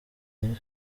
hano